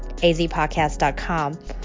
azpodcast.com